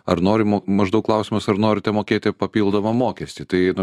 ar nori mo maždaug klausimas ar norite mokėti papildomą mokestį tai nu